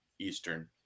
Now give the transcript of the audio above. Eastern